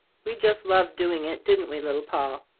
we just loved doing it, didn't we, little poll?